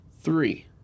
three